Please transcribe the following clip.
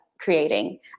Creating